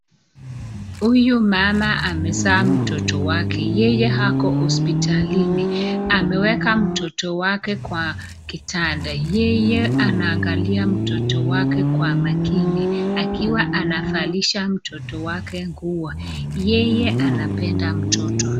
Huyu mama amezaa mtoto wake, yeye ako hospitalini. Ameweka mtoto wake kwa kitanda, yeye anaangalia mtoto wake kwa makini, akiwa anamvalisha mtoto wake nguo. Yeye anapenda mtoto.